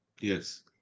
Yes